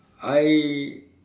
I